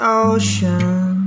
ocean